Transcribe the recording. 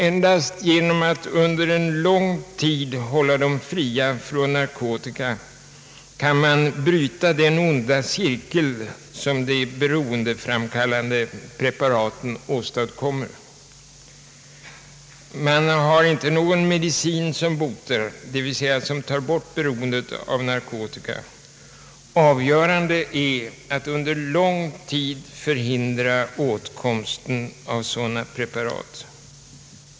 Endast genom att under en lång tid hålla dem fria från narkotika kan man bryta den onda cirkeln som de beroendeframkallande preparaten åstadkommer. Det finns inte någon medicin som tar bort beroendet av narkotika. Avgörande är att under lång tid förhindra åtkomsten av sådana preparat.